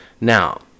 Now